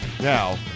Now